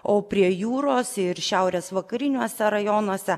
o prie jūros ir šiaurės vakariniuose rajonuose